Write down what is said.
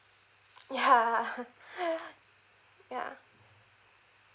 ya ya